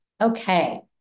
Okay